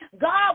God